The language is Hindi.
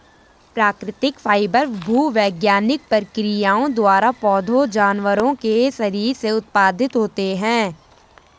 प्राकृतिक फाइबर भूवैज्ञानिक प्रक्रियाओं द्वारा पौधों जानवरों के शरीर से उत्पादित होते हैं